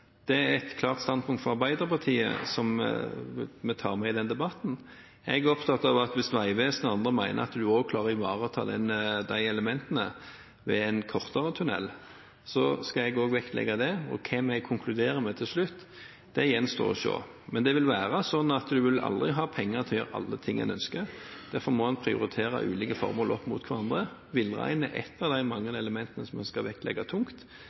Det er et klart standpunkt fra Arbeiderpartiet som vi tar med i den debatten. Jeg er opptatt av at hvis Vegvesenet og andre mener at man også klarer å ivareta de elementene ved en kortere tunnel, skal jeg også vektlegge det. Hva vi konkluderer med til slutt, det gjenstår å se. Men det vil være slik at en aldri vil ha penger til å gjøre alle tingene en ønsker. Derfor må en prioritere ulike formål opp mot hverandre. Villreinen er ett av de mange elementene vi skal vektlegge tungt.